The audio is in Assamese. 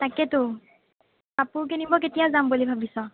তাকেতো কাপোৰ কিনিব কেতিয়া যাম বুলি ভাবিছ'